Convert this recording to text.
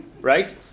right